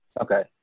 okay